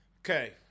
Okay